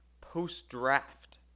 post-draft